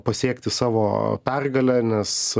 pasiekti savo pergalę nes